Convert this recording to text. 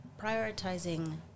prioritizing